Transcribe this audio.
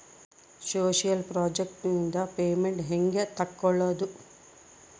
Social project ನಿಂದ payment ಹೆಂಗೆ ತಕ್ಕೊಳ್ಳದು?